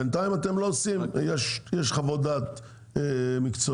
בינתיים אתם לא עושים בגלל שיש חוות דעת מקצועיות